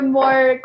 more